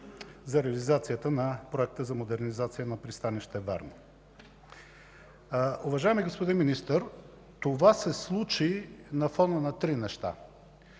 за реализацията на проекта за модернизация на пристанище Варна. Уважаеми господин Министър, това се случи на фона на три неща.